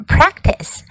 Practice